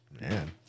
Man